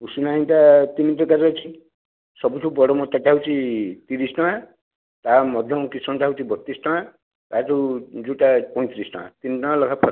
ଉଷୁନା ଏଇଟା ତିନି ପ୍ରକାର ଅଛି ସବୁଠୁ ବଡ଼ ମୋଟାଟା ହେଉଛି ତିରିଶି ଟଙ୍କା ତା ମଧ୍ୟମ କିସମଟା ହେଉଛି ବତିଶି ଟଙ୍କା ତା'ର ଯୋଉ ଯୋଉଟା ପଇଁତିରିଶି ଟଙ୍କା ତିନି ଟଙ୍କା ଲେଖାଁ ଫରକ